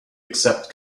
accept